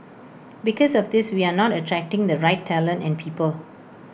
because of this we are not attracting the right talent and people